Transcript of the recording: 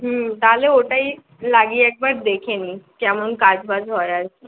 হুম তাহলে ওটাই লাগিয়ে একবার দেখে নিই কেমন কাজবাজ হয় আর কি